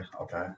Okay